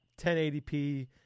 1080p